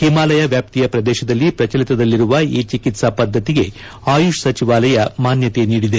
ಹಿಮಾಲಯ ವ್ಯಾಪ್ತಿಯ ಪ್ರದೇಶದಲ್ಲಿ ಪ್ರಚಲಿತದಲ್ಲಿರುವ ಈ ಚಿಕಿತ್ಲಾ ಪದ್ದತಿಗೆ ಆಯುಷ್ ಸಚಿವಾಲಯ ಮಾನ್ನತೆ ನೀಡಿದೆ